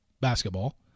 basketball